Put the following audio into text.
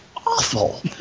awful